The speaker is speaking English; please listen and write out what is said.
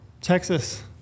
Texas